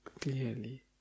clearly